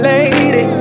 Lady